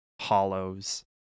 hollows